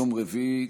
יום רביעי,